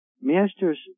Masters